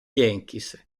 yankees